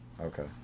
Okay